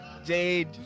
Jade